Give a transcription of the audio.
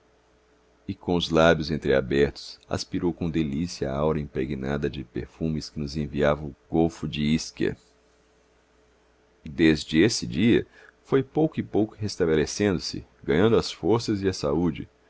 e com os lábios entreabertos aspirou com delícia a aura impregnada de perfumes que nos enviava o golfo de ischia desde esse dia foi pouco a pouco restabelecendo se ganhando as forças e a saúde